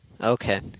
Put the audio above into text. Okay